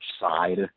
side